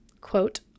quote